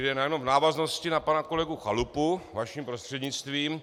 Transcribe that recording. Já jenom v návaznosti na pana kolegu Chalupu, vaším prostřednictvím.